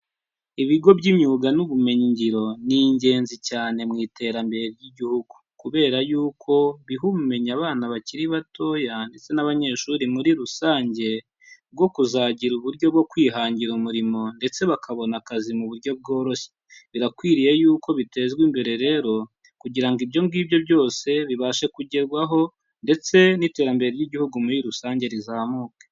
Ibigo by'imyuga n'ubumenyingiro ni ingenzi cyane mu iterambere ry'igihugu kubera yuko biha ubumenyi abana bakiri bato ndetse n'abanyeshuri muri rusange bwo kuzagira uburyo bwo kwihangira umurimo ndetse bakabona akazi mu buryo bworoshye. Birakwiriye yuko bitezwa imbere rero kugira ngo ibyo ngibyo byose bibashe kugerwaho ndetse n'iterambere ry'igihugu muri rusange rizamuke.